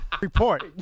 Report